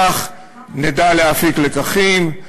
כך נדע להפיק לקחים,